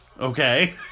Okay